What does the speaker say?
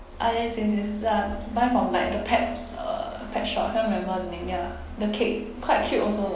ah yes yes yes uh buy from like the pet uh pet shop can't remember the name ya the cake quite cute also